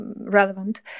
relevant